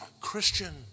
Christian